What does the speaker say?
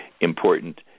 important